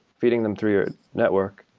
feeding them through your network,